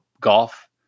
golf